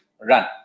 run